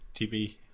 TV